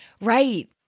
Right